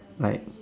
like